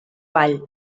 ball